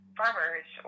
farmers